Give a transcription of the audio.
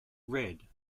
read